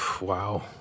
wow